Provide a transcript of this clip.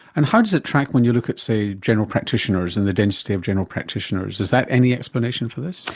and how does it track when you look at, say, general practitioners and the density of general practitioners? is that any explanation for this?